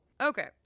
Okay